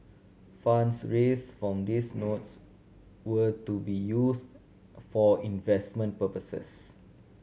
funds raise form these notes were to be use for investment purposes